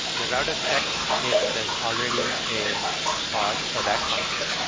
the router checks if there's already a ah part for that function.